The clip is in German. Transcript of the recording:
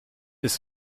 ist